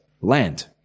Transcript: land